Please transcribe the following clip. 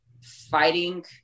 fighting